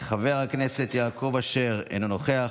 חבר הכנסת יעקב אשר, אינו נוכח,